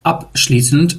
abschließend